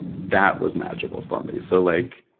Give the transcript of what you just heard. that was magical for me. so like,